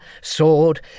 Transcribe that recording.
sword